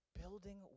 building